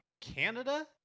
canada